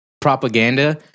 propaganda